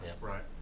Right